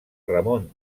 ramon